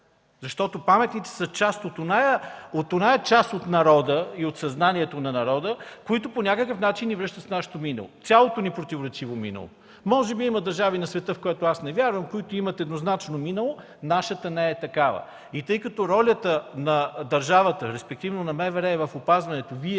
Защото паметниците са онази част от народа и неговото съзнание, които по някакъв начин ни връщат в цялото наше противоречиво минало. Може би има държави на света, в което аз не вярвам, които имат еднозначно минало, но нашата не е такава. И тъй като ролята на държавата, респективно на МВР, е в опазването на